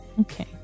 Okay